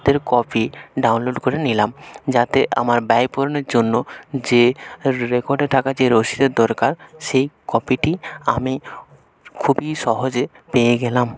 দের copy download করে নিলাম যাতে আমার ব্যয় পূরণের জন্য যে রেকর্ডে টাকা যে রসিদের দরকার সেই কপিটি আমি খুবই সহজে পেয়ে গেলাম